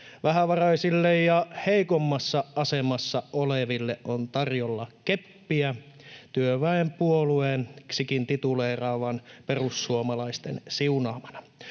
Vähävaraisille ja heikommassa asemassa oleville on tarjolla keppiä työväenpuolueeksikin tituleerattavan perussuomalaisten siunaamana.